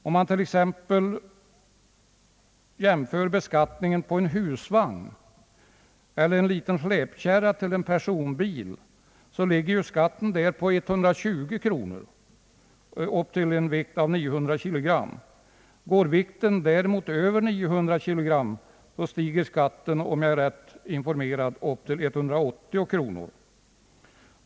Om man t.ex. jämför beskattningen på en husvagn eller en liten släpkärra till en personbil med traktorbeskattningen blir utfallet ett annat. Skatten på en husvagn eller en liten släpkärra upp till en vikt av 920 kg ligger på 120 kronor. Om vikten överstiger 920 kg stiger skatten — om jag är rätt informerad — till 180 kronor.